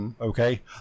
okay